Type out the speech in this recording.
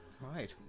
right